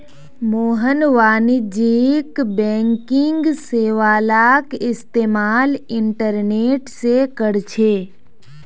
मोहन वाणिज्यिक बैंकिंग सेवालाक इस्तेमाल इंटरनेट से करछे